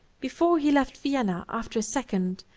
before he left vienna after a second,